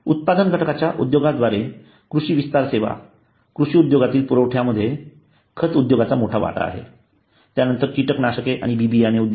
उत्पादन घटकांच्या उद्योगाद्वारे कृषी विस्तार सेवा कृषी उद्योगातील पुरवठादारांमध्ये खत उद्योगाचा मोठा वाटा आहे त्यानंतर कीटकनाशके आणि बियाणे उद्योग